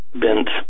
bent